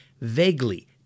vaguely